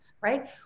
right